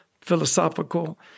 philosophical